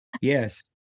Yes